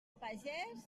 pagès